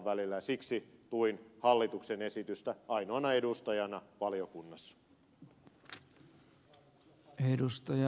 siksi tuin hallituksen esitystä ainoana edustajana valiokunnassa